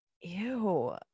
ew